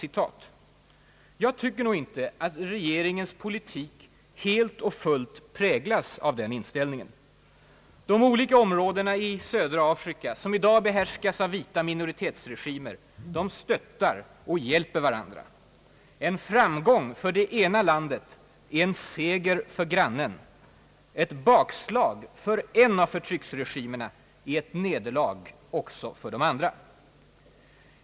Jag tycker nog inte att regeringens politik helt och fullt präglas av den inställningen. De olika områden i södra Afrika, som i dag behärskas av vita minoritetsregimer, stöttar och hjälper varandra. En framgång för det ena landet är en seger för grannen. Ett bakslag för en av förtrycksregimerna är ett nederlag också för de andra.